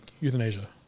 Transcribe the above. euthanasia